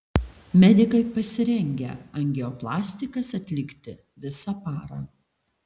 medikai pasirengę angioplastikas atlikti visą parą